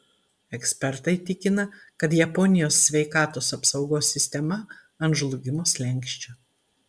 ekspertai tikina kad japonijos sveikatos apsaugos sistema ant žlugimo slenksčio